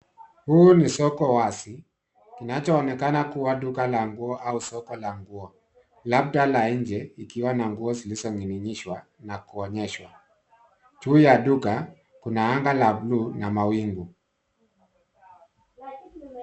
Huu ni soko wazi kinachoonekana kuwa duka la nguo au soko la nguo, labda la nje ikiwa na nguo zilizoning'inishwa na kuonyeshwa. Juu ya duka, kuna anga la buluu na mawingu.